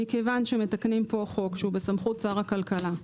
מכיוון שמתקנים פה חוק שהוא בסמכות שר הכלכלה,